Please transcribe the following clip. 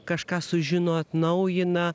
kažką sužino atnaujina